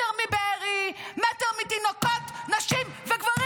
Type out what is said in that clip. מטר מבארי, מטר מתינוקות, נשים וגברים.